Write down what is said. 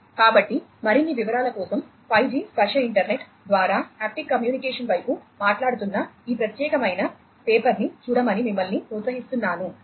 కాబట్టి మరిన్ని వివరాల కోసం 5G స్పర్శ ఇంటర్నెట్ ద్వారా హాప్టిక్ కమ్యూనికేషన్ వైపు మాట్లాడుతున్న ఈ ప్రత్యేకమైన పేపర్ని చూడమని మిమ్మల్ని ప్రోత్సహిస్తున్నాను